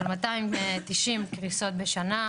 של 290 קריסות בשנה,